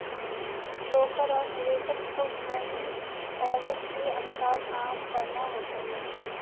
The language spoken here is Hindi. ब्रोकर और निवेशक को ट्रेडिंग ऑवर के अनुसार काम करना होता है